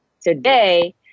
today